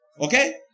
Okay